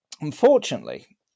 unfortunately